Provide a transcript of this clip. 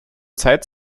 zeit